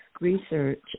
research